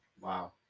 wow